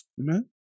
Amen